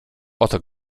oto